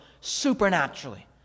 supernaturally